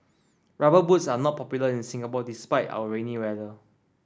rubber boots are not popular in Singapore despite our rainy weather